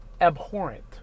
abhorrent